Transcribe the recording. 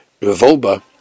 Revolba